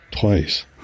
Twice